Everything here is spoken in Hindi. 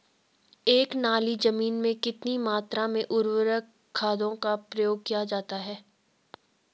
एक नाली जमीन में कितनी मात्रा में उर्वरक खादों का प्रयोग किया जाता है?